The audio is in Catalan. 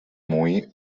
moí